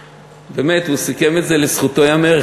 ובאמת, הוא סיכם את זה, לזכותו יאמר.